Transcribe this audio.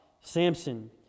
Samson